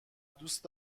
دوست